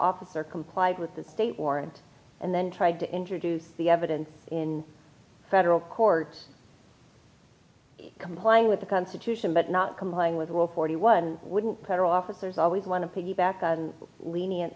officer complied with the state warrant and then tried to introduce the evidence in federal court complying with the constitution but not complying with the world forty one wouldn't federal officers always want to piggyback on lenient